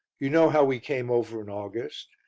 you know how we came over in august,